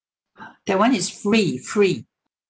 that [one] is free free